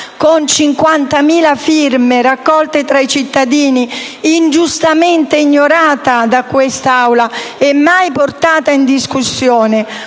con 50.000 firme raccolte tra i cittadini, ingiustamente ignorata da quest'Aula e mai portata in discussione: